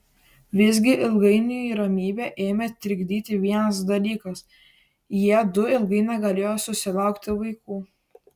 visgi ilgainiui ramybę ėmė trikdyti vienas dalykas jiedu ilgai negalėjo susilaukti vaikų